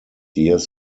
years